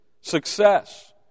success